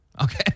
Okay